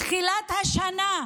מתחילת השנה,